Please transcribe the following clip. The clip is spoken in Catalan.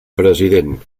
president